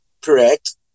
Correct